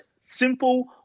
simple